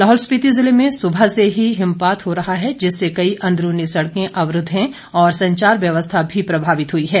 लाहौल स्पिति जिले में सुबह से ही हिमपात हो रहा है जिससे कई अंदरूनी सड़कें अवरूद्व हैं और संचार व्यवस्था भी प्रभावित हुई है